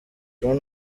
ron